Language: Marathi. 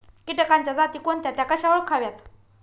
किटकांच्या जाती कोणत्या? त्या कशा ओळखाव्यात?